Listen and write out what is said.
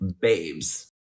babes